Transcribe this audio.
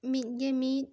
ᱢᱤᱫ ᱜᱮ ᱢᱤᱫ